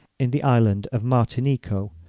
in the island of martinico,